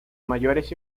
mayores